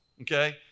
Okay